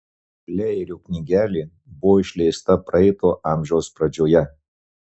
pleirio knygelė buvo išleista praeito amžiaus pradžioje